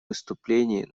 выступлении